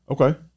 Okay